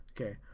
Okay